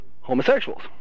homosexuals